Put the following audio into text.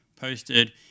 posted